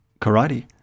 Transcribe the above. karate